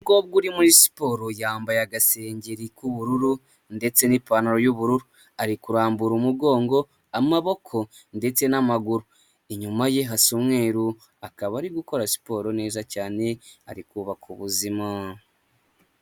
Umukobwa uri muri siporo yambaye agasengeri k'ubururu ndetse n'ipantaro y'ubururu ari kurambura umugongo amaboko ndetse n'amaguru inyuma ye hasa umweru akaba ari gukora siporo neza cyane ari kubaka ubuzima.